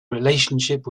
relationship